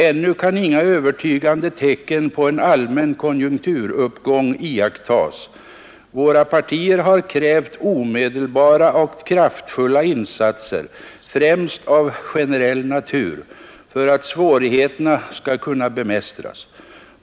Ännu kan inga övertygande tecken på en allmän konjunkturuppgång iakttas. Våra partier har krävt omedelbara och kraftfulla insatser, främst av generell natur, för att svårigheterna skall kunna bemästras.